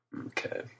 Okay